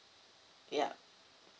ya